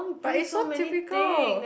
but it's so typical